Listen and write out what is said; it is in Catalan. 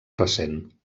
recent